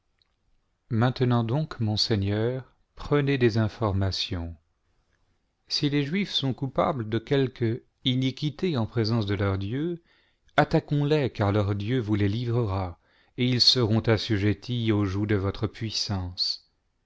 maintenant donc mon seigneur prenez des informations si les juifs sont coupables de quelque iniquité en présence de leur dieu attaquons-les car leur dieu vous les livrera et ils seront assujettis au joug de votre puissance